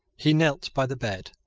he knelt by the bed,